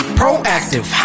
proactive